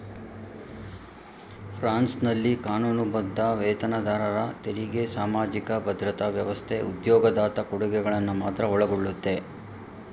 ಫ್ರಾನ್ಸ್ನಲ್ಲಿ ಕಾನೂನುಬದ್ಧ ವೇತನದಾರರ ತೆರಿಗೆ ಸಾಮಾಜಿಕ ಭದ್ರತಾ ವ್ಯವಸ್ಥೆ ಉದ್ಯೋಗದಾತ ಕೊಡುಗೆಗಳನ್ನ ಮಾತ್ರ ಒಳಗೊಳ್ಳುತ್ತೆ